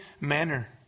manner